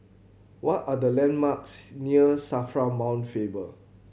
what are the landmarks near SAFRA Mount Faber